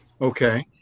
Okay